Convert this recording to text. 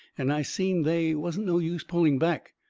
and i seen they wasn't no use pulling back.